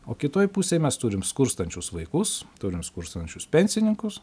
o kitoj pusėj mes turim skurstančius vaikus turim skurstančius pensininkus